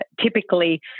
typically